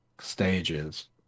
stages